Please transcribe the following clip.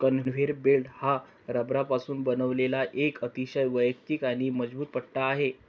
conveyor belt हा रबरापासून बनवलेला एक अतिशय वैयक्तिक आणि मजबूत पट्टा आहे